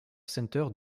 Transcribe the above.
centre